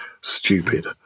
Stupid